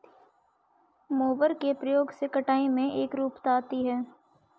mower के प्रयोग से कटाई में एकरूपता आती है